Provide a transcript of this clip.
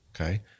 Okay